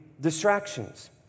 distractions